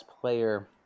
player